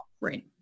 Right